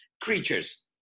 creatures